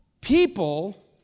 People